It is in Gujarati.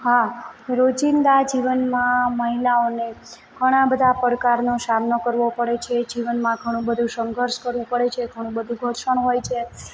હા રોજીંદા જીવનમાં મહિલાઓને ઘણા બધા પડકારનો સામનો કરવો પડે છે જીવનમાં ઘણું બધું સંઘર્ષ કરવું પડે છે ઘણું બધું ઘર્ષણ હોય છે